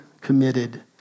committed